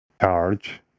charge